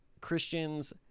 Christians